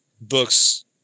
books